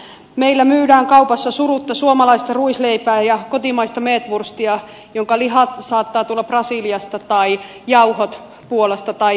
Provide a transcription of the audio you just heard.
meillä myydään kaupassa surutta suomalaista ruisleipää ja kotimaista meetvurstia jonka liha saattaa tulla brasiliasta tai jauhot puolasta tai virosta